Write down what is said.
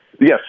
Yes